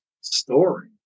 story